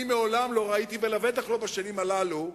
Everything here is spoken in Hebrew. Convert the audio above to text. אני מעולם לא ראיתי, ובטח לא בשנים האלה,